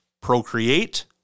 Procreate